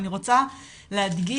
אני רוצה להדגיש,